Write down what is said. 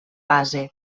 base